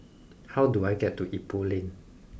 how do I get to Ipoh Lane